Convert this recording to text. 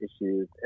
issues